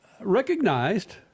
recognized